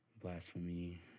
blasphemy